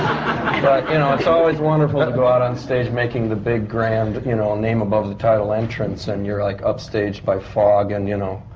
you know it's always wonderful to go out on stage making the big, grand, you know, name above the title entrance. and you're like, upstaged by fog and you know,